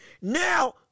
Now